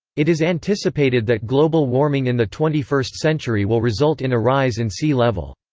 it is anticipated that global warming in the twenty first century will result in a rise in sea level.